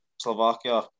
Slovakia